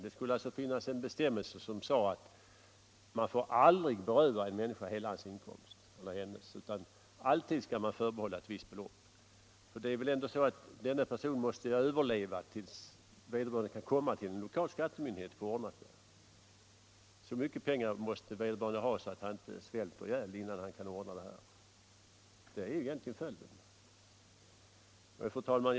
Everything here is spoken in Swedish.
Det borde alltså finnas en bestämmelse som sade att man aldrig får beröva någon hela hans eller hennes inkomst. Ett visst belopp skulle alltid förbehållas inkomsttagaren. Personen måste ju ändå överleva fram till dess att vederbörande kan vända sig till den lokala skattemyndigheten. Så mycket pengar måste vederbörande ha att han inte riskerar att svälta ihjäl innan han kan få ett existensminimum efter skatt fastställt. Men egentligen är detta den nuvarande ordningens Fru talman!